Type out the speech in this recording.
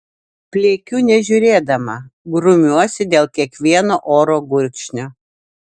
pliekiu nežiūrėdama grumiuosi dėl kiekvieno oro gurkšnio